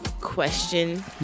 question